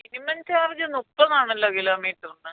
minimum charge മുപ്പതാണല്ലോ കിലോമീറ്റർന്